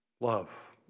love